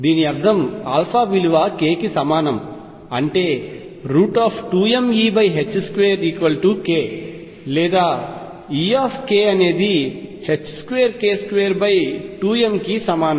దీని అర్థం α విలువ k కి సమానం అంటే 2mE2kలేదా E అనేది 2k22m కి సమానం